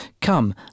Come